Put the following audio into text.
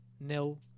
nil